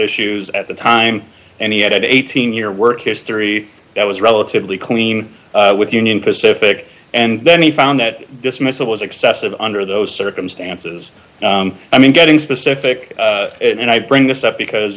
issues at the time and he had eighteen year work history that was relatively clean with union pacific and then he found that dismissal was excessive under those circumstances i mean getting specific and i bring this up because